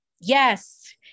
Yes